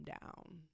down